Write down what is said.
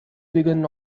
begun